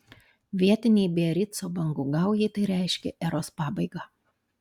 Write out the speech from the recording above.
vietinei biarico bangų gaujai tai reiškė eros pabaigą